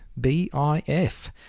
B-I-F